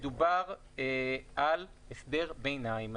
מדובר על הסדר ביניים.